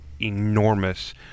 enormous